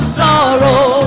sorrow